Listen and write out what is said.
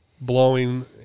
blowing